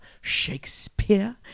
Shakespeare